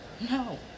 No